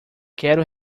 quero